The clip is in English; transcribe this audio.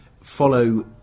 follow